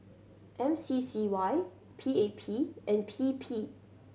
M C C Y P A P and P P